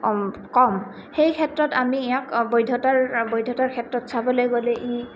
কম সেই ক্ষেত্ৰত আমি ইয়াক বৈধতাৰ বৈধতাৰ ক্ষেত্ৰত চাবলৈ গ'লে ই